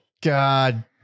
God